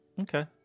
Okay